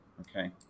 okay